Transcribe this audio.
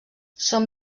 són